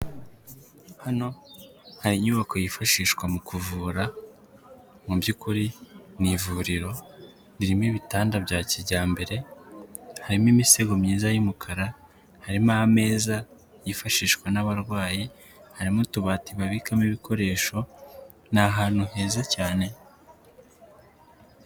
Hano hari inyubako yifashishwa mu kuvura mu byukuri mu ivuriro ririmo ibitanda bya kijyambere harimo imisego myiza y'umukara harimo ameza yifashishwa n'abarwayi harimo utubati babikamo ibikoresho ni ahantu heza cyane.